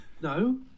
No